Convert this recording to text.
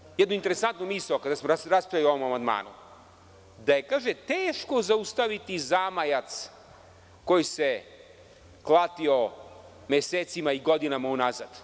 Čuo sam jednu interesantnu misao kada smo raspravljali o ovom amandmanu, da je teško zaustaviti zamajac koji se klatio mesecima i godinama unazad.